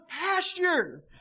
pasture